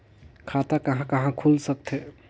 खाता कहा कहा खुल सकथे?